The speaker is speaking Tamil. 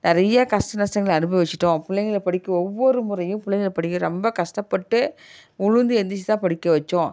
நிறைய கஷ்ட நஷ்டங்கள அனுபவிச்சுட்டோம் பிள்ளைங்கள படிக்க ஒவ்வொரு முறையும் பிள்ளைங்கள படிக்க ரொம்ப கஷ்டப்பட்டு விழுந்து எழுந்திரிச்சி தான் படிக்க வைச்சோம்